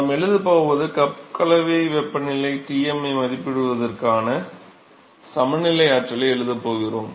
நாம் எழுதப் போவது கப் கலவை வெப்பநிலை Tm ஐ மதிப்பிடுவதற்கான சமநிலை ஆற்றலை எழுதப் போகிறோம்